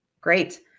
Great